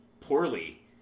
poorly